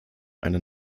eine